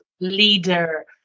leader